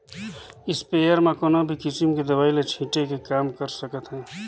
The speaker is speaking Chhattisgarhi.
इस्पेयर म कोनो भी किसम के दवई ल छिटे के काम कर सकत हे